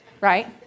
right